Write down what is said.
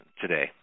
today